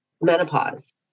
menopause